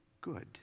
good